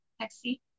taxi